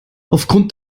aufgrund